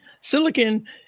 silicon